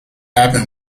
happen